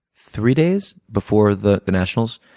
three days before the the nationals.